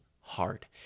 hard